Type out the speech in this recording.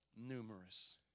Numerous